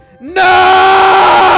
No